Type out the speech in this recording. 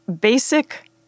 basic